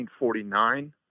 1949